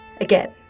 Again